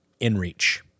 Inreach